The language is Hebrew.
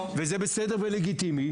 זה בסדר וזה לגיטימי.